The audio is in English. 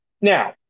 Now